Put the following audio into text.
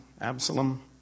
Absalom